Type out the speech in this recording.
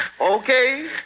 Okay